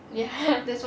ya